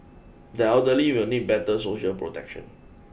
the elderly will need better social protection